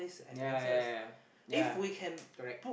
ya ya ya ya correct